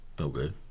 Okay